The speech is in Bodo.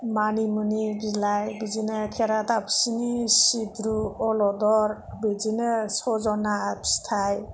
मानिमुनि बिलाइ बिब्दिनो खेरादाफिनि सिब्रु अल'दर बिब्दिनो सज'ना फिथाइ